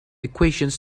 equations